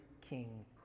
king